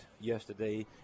yesterday